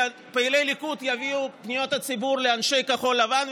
שפעילי ליכוד יפנו בפניות הציבור לאנשים של כחול לבן,